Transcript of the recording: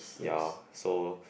ya so